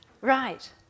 Right